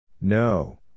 No